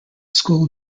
school